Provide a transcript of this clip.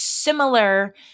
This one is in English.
Similar